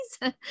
please